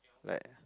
like